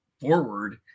forward